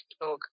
talk